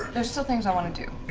there's still things i want to do.